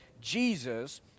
Jesus